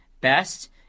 best